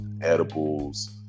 edibles